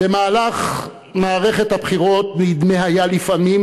במהלך מערכת הבחירות נדמה היה לפעמים